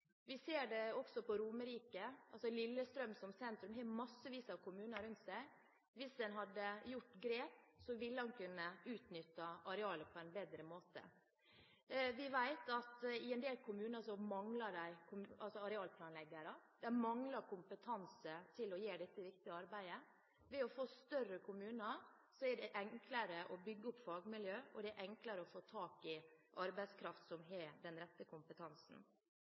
Vi ser det også på Romerike – Lillestrøm som sentrum har massevis av kommuner rundt seg – hvis en hadde gjort grep, ville en kunne ha utnyttet arealet på en bedre måte. Vi vet at i en del kommuner mangler de arealplanleggere, de mangler kompetanse til å gjøre dette viktige arbeidet. Å få større kommuner gjør det enklere å bygge opp fagmiljø, og det er enklere å få tak i arbeidskraft som har den rette kompetansen.